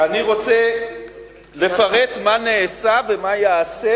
אני רוצה לפרט בקצרה מה נעשה ומה ייעשה.